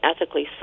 ethically